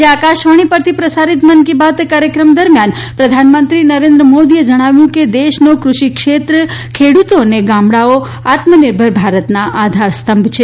આજે આકાશવાણી પરથી પ્રસારિત મન કી બાત કાર્યક્રમ દરમિયાન પ્રધાનમંત્રી શ્રી નરેન્દ્ર મોદીએ જણાવ્યું કે દેશનો કૃષિ ક્ષેત્ર ખેડૂતો અને ગામડાઓ આત્મનિર્ભર ભારતના આધારસ્તંભ છે